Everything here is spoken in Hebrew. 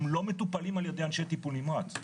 הם לא מטופלים על ידי אנשי טיפול נמרץ.